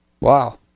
wow